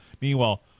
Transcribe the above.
Meanwhile